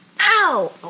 Ow